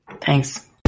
Thanks